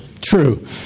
True